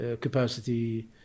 capacity